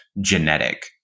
genetic